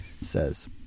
says